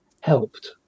helped